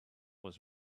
was